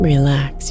Relax